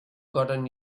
gotten